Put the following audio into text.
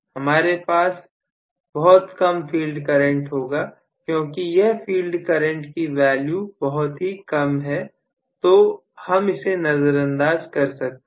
हमारे पास बहुत कम फील्ड करंट होगा क्योंकि इस फील्ड करंट की वैल्यू बहुत ही कम है तो हम इसे नजरअंदाज कर सकते हैं